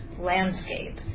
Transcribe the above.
landscape